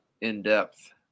in-depth